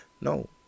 No